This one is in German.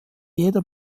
jeder